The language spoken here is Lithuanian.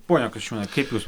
pone kasčiūnai kaip jūs